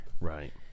Right